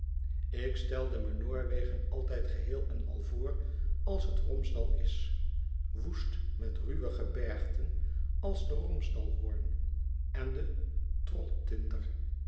ik stelde me noorwegen altijd geheel en al voor als het romsdal is woest met ruwe gebergten als den romsdalhorn en den